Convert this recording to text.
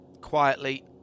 quietly